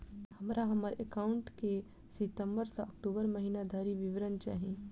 हमरा हम्मर एकाउंट केँ सितम्बर सँ अक्टूबर महीना धरि विवरण चाहि?